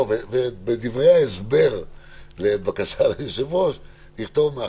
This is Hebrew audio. ובדברי ההסבר בבקשה ליושב-ראש תכתוב: